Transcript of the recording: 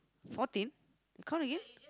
fourteen you count again